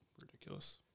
ridiculous